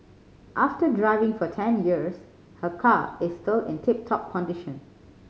after driving for ten years her car is still in tip top condition